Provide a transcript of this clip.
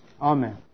Amen